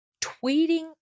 tweeting